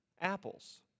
apples